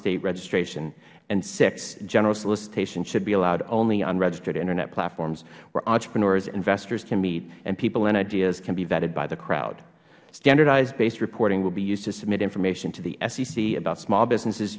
state registration and sixth general solicitation should be allowed only on registered internet platforms where entrepreneurs and investors can meet and people and ideas can be vetted by the crowd standardized base reporting will be used to submit information to the sec about small businesses